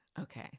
Okay